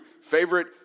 favorite